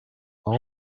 all